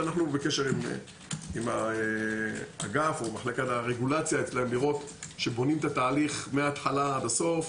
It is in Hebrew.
אנחנו בקשר עם האגף כדי לראות שבונים את התהליך מההתחלה ועד הסוף.